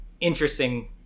interesting